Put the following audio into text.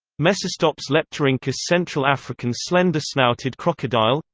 mecistops leptorhynchus central african slender-snouted crocodile